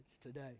today